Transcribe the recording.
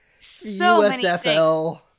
USFL